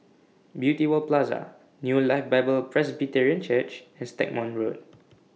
Beauty World Plaza New Life Bible Presbyterian Church as Stagmont Road